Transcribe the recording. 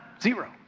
zero